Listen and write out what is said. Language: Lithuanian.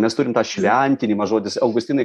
mes turim tą šventinimą žodis augustinai